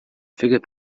figure